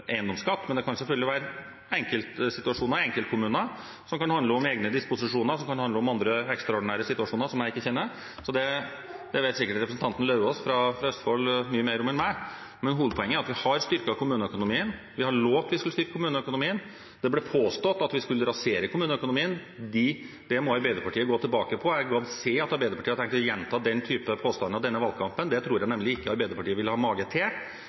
eiendomsskatt, men det kan selvfølgelig være enkeltsituasjoner i enkeltkommuner som kan handle om egne disposisjoner, og som kan handle om andre, ekstraordinære, situasjoner som jeg ikke kjenner til. Det vet sikkert representanten Lauvås fra Østfold mye mer om enn jeg. Men hovedpoenget er at vi har styrket kommuneøkonomien. Vi lovet at vi skulle styrke kommuneøkonomien. Det ble påstått at vi skulle rasere kommuneøkonomien. Det må Arbeiderpartiet gå tilbake på. Jeg gadd se at Arbeiderpartiet har tenkt å gjenta den typen påstander i denne valgkampen, det tror jeg nemlig ikke Arbeiderpartiet vil ha mage til.